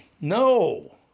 no